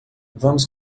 vamos